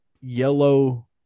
yellow